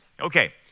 Okay